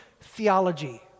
theology